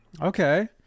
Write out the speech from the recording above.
Okay